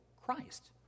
Christ